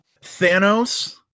Thanos